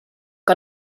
que